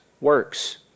works